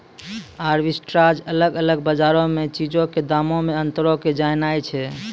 arbitrage अलग अलग बजारो मे चीजो के दामो मे अंतरो के जाननाय छै